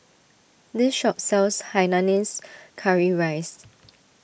this shop sells Hainanese Curry Rice